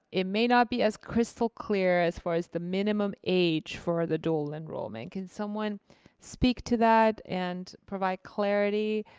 it may not be as crystal clear as far as the minimum age for the dual enrollment. can someone speak to that and provide clarity